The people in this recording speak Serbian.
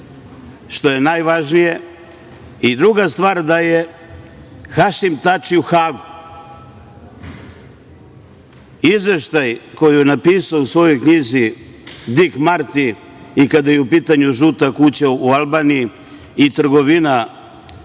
što je najvažnije, i druga stvar je da je Hašim Tači u Hagu. Izveštaj koji je napisao u svojoj knjizi Dik Marti, i kada je u pitanju „žuta kuća“ u Albaniji, i trgovina